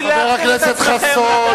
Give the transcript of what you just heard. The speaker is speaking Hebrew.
חבר הכנסת חסון.